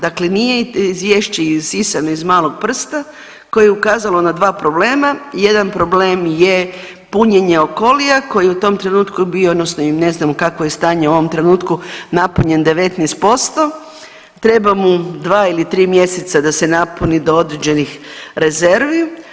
Dakle, nije izviješće isisano iz malog prsta koje je ukazalo na dva problema, jedan problem je punjenje Okolia koji je u tom trenutku bio odnosno ne znamo kakvo je stanje u ovom trenutku, napunjen 19% treba mu dva ili tri mjeseca da se napuni do određenih rezervi.